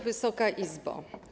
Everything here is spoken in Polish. Wysoka Izbo!